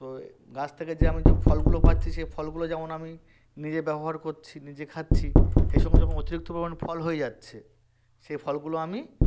তো গাছ থেকে যে আমি যে ফলগুলো পাচ্ছি সে ফলগুলো যেমন আমি নিজে ব্যবহার করছি নিজে খাচ্ছি সেই সঙ্গে যখন অতিরিক্ত পরিমাণ ফল হয়ে যাচ্ছে সে ফলগুলো আমি